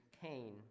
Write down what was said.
Cain